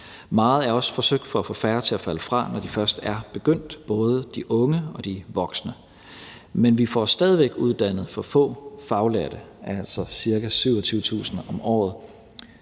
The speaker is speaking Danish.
Meget er også forsøgt for at få færre til at falde fra, når de først er begyndt, både de unge og de voksne, men vi får stadig væk uddannet for få faglærte, altså ca. 27.000 om året.